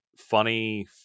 funny